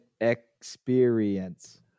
experience